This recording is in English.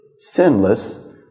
sinless